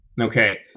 Okay